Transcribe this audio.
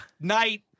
night